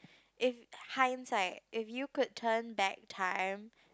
in hindsight if you could turn back time